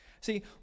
See